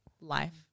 life